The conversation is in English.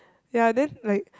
ya then like